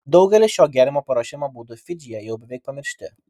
daugelis šio gėrimo paruošimo būdų fidžyje jau beveik pamiršti